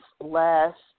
last